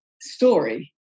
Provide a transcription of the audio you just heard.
story